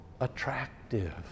attractive